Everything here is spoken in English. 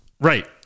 Right